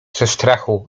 przestrachu